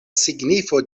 signifo